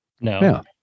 No